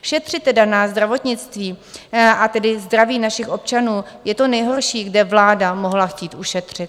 Šetřit na zdravotnictví, a tedy na zdraví našich občanů je to nejhorší, kde vláda mohla chtít ušetřit.